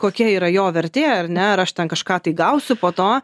kokia yra jo vertė ar ne ar aš ten kažką tai gausiu po to